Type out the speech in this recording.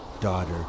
daughter